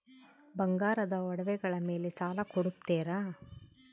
ಬಂಗಾರದ ಒಡವೆಗಳ ಮೇಲೆ ಸಾಲ ಕೊಡುತ್ತೇರಾ?